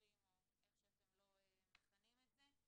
לשידורים או איך שאתם לא מכנים את זה.